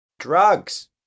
Drugs